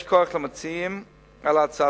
יישר כוח למציעים על הצעתם.